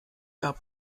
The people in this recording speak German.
gab